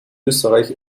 österreich